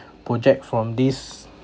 project from this